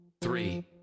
three